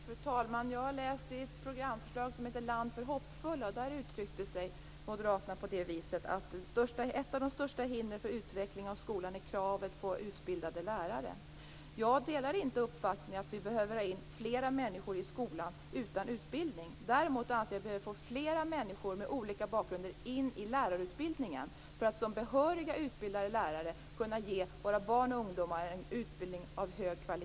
Fru talman! Jag har läst ert programförslag som heter Land för hoppfulla, och där uttryckte moderaterna att ett av de största hindren för utveckling av skolan är kravet på utbildade lärare. Jag delar inte uppfattningen att vi behöver ha in fler människor utan utbildning i skolan. Däremot anser jag att vi behöver få in fler människor med olika bakgrunder i lärarutbildningen för att de som behöriga, utbildade lärare skall kunna ge våra barn och ungdomar en utbildning av hög kvalitet.